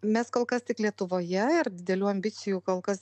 mes kol kas tik lietuvoje ir didelių ambicijų kol kas